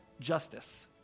justice